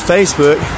Facebook